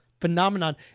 phenomenon